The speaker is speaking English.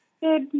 good